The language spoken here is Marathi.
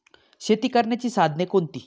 शेती करण्याची साधने कोणती?